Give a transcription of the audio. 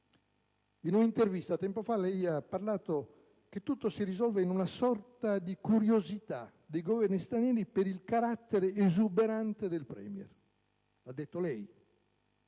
In un'intervista tempo fa lei ha detto che tutto si risolve in una sorta di curiosità dei Governi stranieri per il carattere esuberante del Premier. Lo ha detto lei.